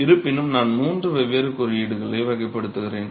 இருப்பினும் நான் மூன்று வெவ்வேறு குறியீடுகளை வகைப்படுத்துகிறேன்